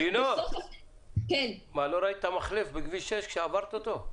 לינור, לא ראית את המחלף בכביש 6 כשעברת אותו?